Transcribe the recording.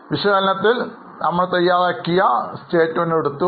വിശകലനത്തിൽ നമ്മൾ തയ്യാറാക്കിയ പ്രസ്താവനകൾ എടുത്തു